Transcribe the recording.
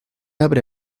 abre